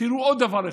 תראו עוד דבר אחד,